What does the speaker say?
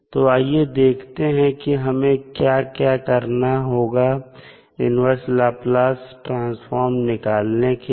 तो आइए देखते हैं की हमें क्या क्या करना होगा इन्वर्स लाप्लास ट्रांसफॉर्म निकालने के लिए